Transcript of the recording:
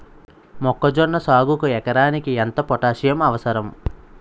మొక్కజొన్న సాగుకు ఎకరానికి ఎంత పోటాస్సియం అవసరం?